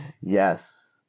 Yes